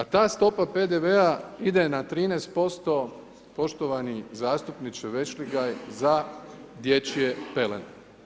A ta stopa PDV-a ide na 13% poštovani zastupniče Vešligaj za dječje pelene.